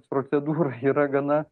procedūra yra gana